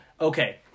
Okay